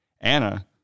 Anna